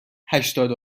هشتاد